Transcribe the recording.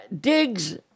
digs